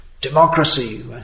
democracy